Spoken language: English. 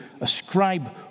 ascribe